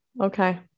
okay